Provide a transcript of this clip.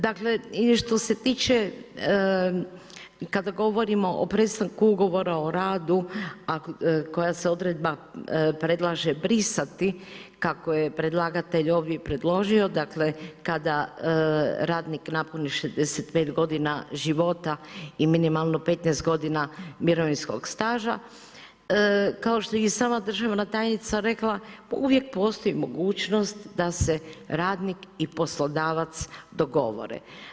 Dakle što se tiče kada govorimo o prestanku ugovora o radu koja se odredba predlaže brisati, kako je predlagatelj ovo i predložio, dakle kada radnik napuni 65 godina života i minimalno 15 godina mirovinskog staža, kao što je i sama državna tajnica rekla, uvijek postoji mogućnost da se radnik i poslodavac dogovore.